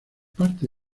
parte